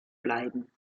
bleiben